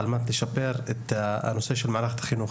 על מנת לשפר את הנושא של מערכת החינוך.